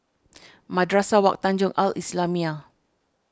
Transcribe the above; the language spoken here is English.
Madrasah Wak Tanjong Al Islamiah